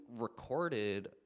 recorded